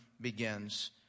begins